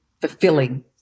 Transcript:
fulfilling